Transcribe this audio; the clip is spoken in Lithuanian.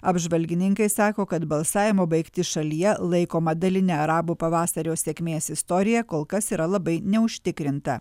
apžvalgininkai sako kad balsavimo baigtį šalyje laikoma daline arabų pavasario sėkmės istorija kol kas yra labai neužtikrinta